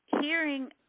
hearing